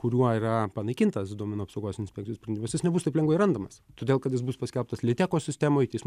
kuriuo yra panaikintas duomenų apsaugos inspekcijos sprendimas jis nebus taip lengvai randamas todėl kad jis bus paskelbtas liteko sistemoj teismų